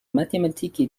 mathématiques